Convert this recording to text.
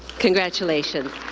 congratulations.